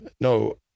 No